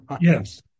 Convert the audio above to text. Yes